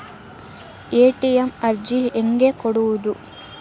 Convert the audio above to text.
ATM ಅರ್ಜಿ ಹೆಂಗೆ ಕೊಡುವುದು?